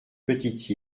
petite